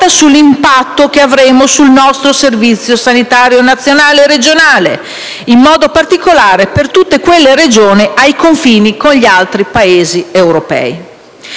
sull'impatto che avrà sul nostro Servizio sanitario nazionale e regionale, in modo particolare per le Regioni confinanti con altri Paesi europei.